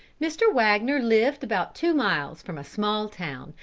mr. wagner lived about two miles from a small town,